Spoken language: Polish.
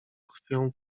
krwią